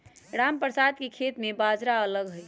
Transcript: रामप्रसाद के खेत में बाजरा लगल हई